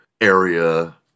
area